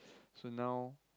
so now